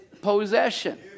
possession